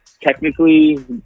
technically